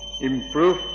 improve